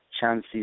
chances